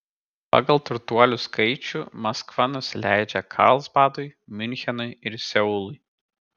pagal turtuolių skaičių maskva nusileidžia karlsbadui miunchenui ir seului